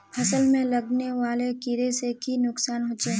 फसल में लगने वाले कीड़े से की नुकसान होचे?